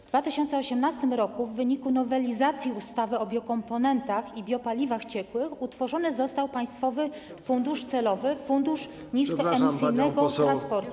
W 2018 r. w wyniku nowelizacji ustawy o biokomponentach i biopaliwach ciekłych utworzony został państwowy fundusz celowy - Fundusz Niskoemisyjnego Transportu.